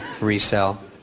resell